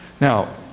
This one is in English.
Now